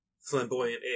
Flamboyant